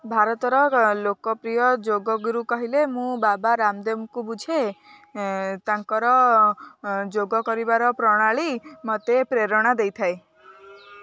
ଭାରତର ଲୋକପ୍ରିୟ ଯୋଗ ଗୁରୁ କହିଲେ ମୁଁ ବାବା ରାମଦେବଙ୍କୁ ବୁଝାଏ ତାଙ୍କର ଯୋଗ କରିବାର ପ୍ରଣାଳୀ ମୋତେ ପ୍ରେରଣା ଦେଇଥାଏ